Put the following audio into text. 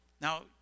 Now